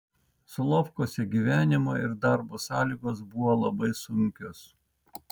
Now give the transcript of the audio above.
solovkuose gyvenimo ir darbo sąlygos buvo labai sunkios